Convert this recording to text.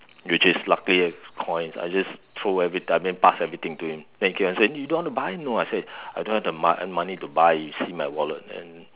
which is luckily coins I just throw everything I mean pass everything to him then keep on saying you don't want to buy no I said I don't have the mon~ money to buy you see my wallet and